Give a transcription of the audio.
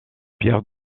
pierre